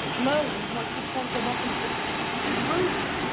merlin wants to turn sir boss into a two-headed rodent,